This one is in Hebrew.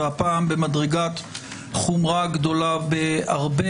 והפעם במדרגת חומרה גדולה בהרבה.